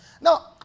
Now